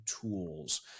tools